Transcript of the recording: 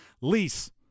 lease